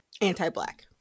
anti-black